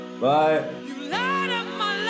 bye